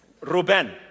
Ruben